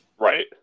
Right